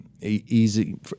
easy